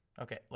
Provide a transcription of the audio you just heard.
Okay